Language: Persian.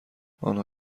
آنها